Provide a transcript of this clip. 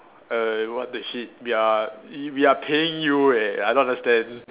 err what deep shit we are i~ we are paying you eh I don't understand